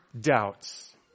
doubts